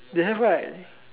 they have right